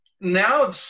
now